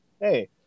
Hey